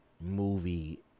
movie